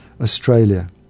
Australia